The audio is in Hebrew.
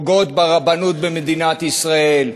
פוגעות ברבנות במדינת ישראל.